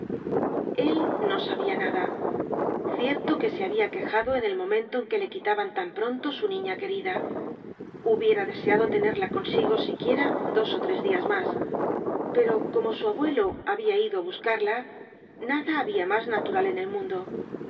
él no sabia nada cierto que se habia quejado en el momento en que le quitaban tan pronto su niña querida hubiera deseado tenerla consigo siquiera dos ó tres dias mas pero como su abuelo habia ido á buscarla nada habia mas natural en el mundo